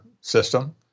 system